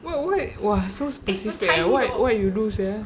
what why !wah! so specific what you do sia